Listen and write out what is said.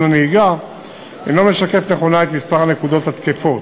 הנהיגה אינו משקף נכונה את מספר הנקודות התקפות.